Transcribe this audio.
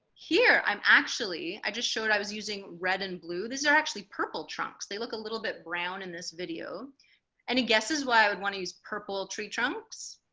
here i'm actually i just showed i was using red and blue these are actually purple trunks they look a little bit brown in this video any guesses why i would want to use purple tree trunks